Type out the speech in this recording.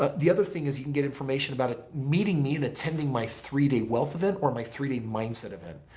ah the other thing is you can get information about it, meeting me and attending my three-day wealth event or my three-day mindset event.